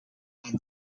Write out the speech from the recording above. aan